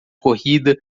corrida